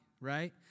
right